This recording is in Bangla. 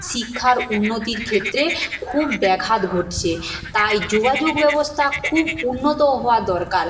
শিক্ষার উন্নতির ক্ষেত্রে খুব ব্যাঘাত ঘটছে তাই যোগাযোগ ব্যবস্থা খুব উন্নত হওয়া দরকার